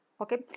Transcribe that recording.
Okay